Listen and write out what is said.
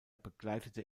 begleitete